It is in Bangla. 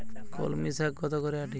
কলমি শাখ কত করে আঁটি?